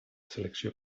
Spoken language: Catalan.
selecció